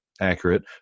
accurate